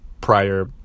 prior